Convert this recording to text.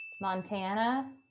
Montana